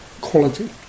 quality